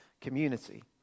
community